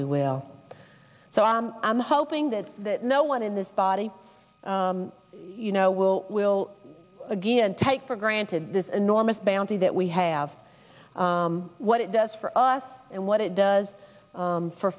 we will so i am hoping that that no one in this body you know will will again take for granted this enormous bounty that we have what it does for us and what it does for for